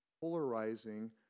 polarizing